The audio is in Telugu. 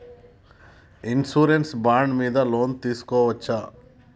ఇన్సూరెన్స్ బాండ్ మీద లోన్ తీస్కొవచ్చా?